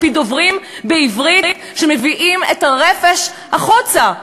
מפי דוברים בעברית שמביאים את הרפש החוצה.